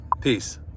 Peace